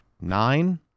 nine